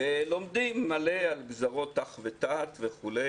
ולומדים מלא על גזרות ת"ח-ות"ט, וכו'.